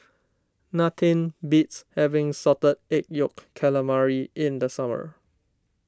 nothing beats having Salted Egg Yolk Calamari in the summer